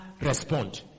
respond